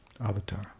avatar